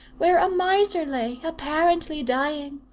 where a miser lay, apparently dying.